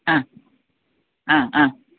ആ ആ ആ